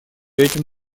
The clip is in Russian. этим